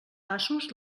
passos